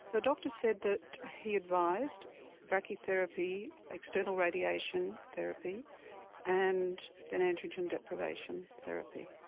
the doctor said that he advised brachytherapy, external radiation therapy and then androgen deprivation therapy.